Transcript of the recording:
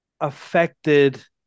affected